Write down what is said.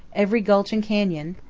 every gulch and canyon,